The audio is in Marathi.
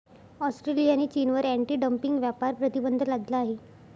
ऑस्ट्रेलियाने चीनवर अँटी डंपिंग व्यापार प्रतिबंध लादला आहे